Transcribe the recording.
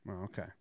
okay